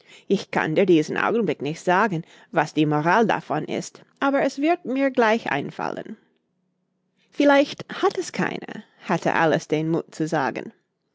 ich kann dir diesen augenblick nicht sagen was die moral davon ist aber es wird mir gleich einfallen vielleicht hat es keine hatte alice den muth zu sagen